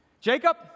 Jacob